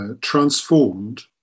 transformed